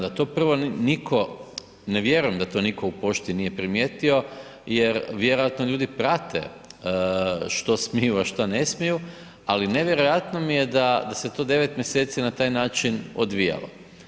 Da to prvo nitko, ne vjerujem da to nitko u pošti nije primijetio, jer vjerojatno ljudi prate što smiju, a šta ne smiju, ali nevjerojatno mi je da se to 9 mjeseci na taj način odvijalo.